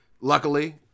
luckily